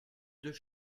deux